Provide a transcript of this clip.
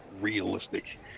realistic